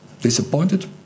disappointed